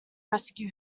rescue